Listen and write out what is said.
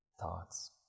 thoughts